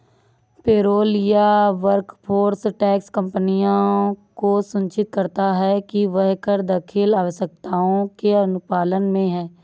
payroll या workforce tax कंपनियों को सुनिश्चित करता है कि वह कर दाखिल आवश्यकताओं के अनुपालन में है